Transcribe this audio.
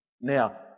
Now